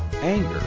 anger